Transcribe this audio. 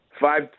Five